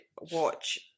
watch